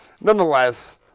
Nonetheless